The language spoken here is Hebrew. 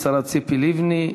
השרה ציפי לבני,